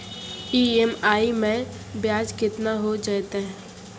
EMI मैं ब्याज केतना हो जयतै?